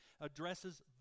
addresses